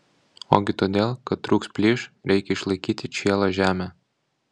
ogi todėl kad trūks plyš reikia išlaikyti čielą žemę